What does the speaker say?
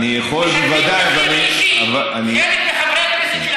אני יכול, בוודאי, אבל, משלמים מחיר אישי.